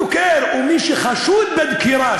הדוקר או מי שחשוד בדקירה,